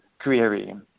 query